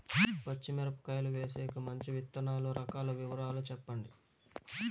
పచ్చి మిరపకాయలు వేసేకి మంచి విత్తనాలు రకాల వివరాలు చెప్పండి?